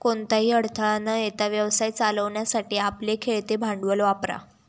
कोणताही अडथळा न येता व्यवसाय चालवण्यासाठी आपले खेळते भांडवल वापरा